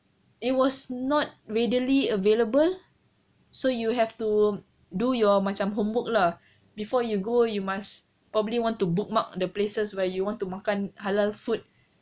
it was not readily available so you have to do your macam homework lah before you go you must probably want to bookmark the places where you want to makan halal food